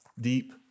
deep